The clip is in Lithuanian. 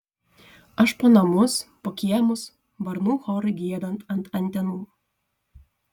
aš po namus po kiemus varnų chorui giedant ant antenų